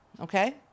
Okay